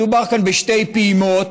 מדובר כאן בשתי פעימות